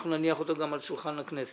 אנחנו נניח אותו גם על שולחן הכנסת.